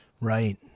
Right